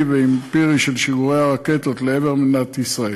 ואמפירי של שיגורי הרקטות לעבר מדינת ישראל.